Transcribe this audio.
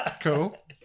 Cool